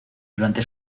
durante